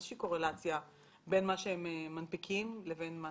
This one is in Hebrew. איזו שהיא קורלציה בין מה שהם מנפיקים לבין מה